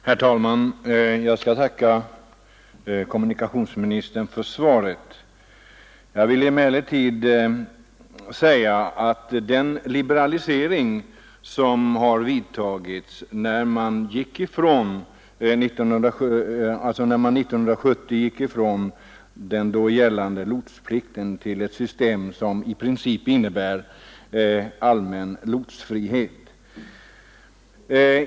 Herr talman! Jag skall tacka kommunikationsministern för svaret. Jag vill emellertid påpeka vilken liberalisering som genomfördes när man 1970 övergick från den då gällande lotsplikten till ett system som i princip innebär allmän lotsfrihet.